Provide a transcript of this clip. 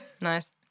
Nice